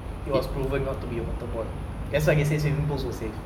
it was proven not to be waterborne that's why they said swimming pools were safe